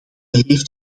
heeft